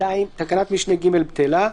(2)תקנת משנה (ג) - בטלה,